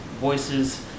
voices